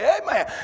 Amen